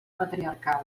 patriarcal